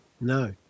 No